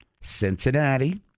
Cincinnati